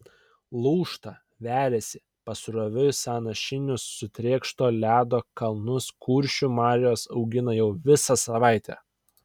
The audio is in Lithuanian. lūžta veriasi pasroviui sąnašinius sutrėkšto ledo kalnus kuršių marios augina jau visą savaitę